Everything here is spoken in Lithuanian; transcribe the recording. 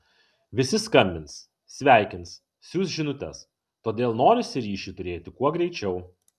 visi skambins sveikins siųs žinutes todėl norisi ryšį turėti kuo greičiau